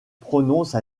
prononce